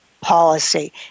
Policy